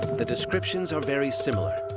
the descriptions are very similar.